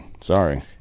Sorry